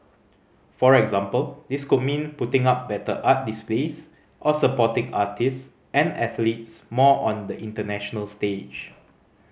for example this could mean putting up better art displays or supporting artists and athletes more on the international stage